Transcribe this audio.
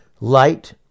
Light